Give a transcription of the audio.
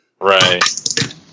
Right